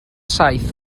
saith